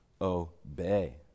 obey